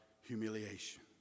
humiliation